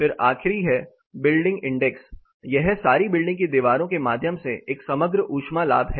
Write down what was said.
फिर आखिरी है बिल्डिंग इंडेक्स यह सारी बिल्डिंग की दीवारों के माध्यम से एक समग्र ऊष्मा लाभ है